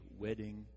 wedding